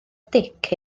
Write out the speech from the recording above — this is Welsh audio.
dic